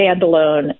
standalone